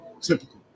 Typical